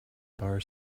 bar